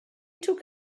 took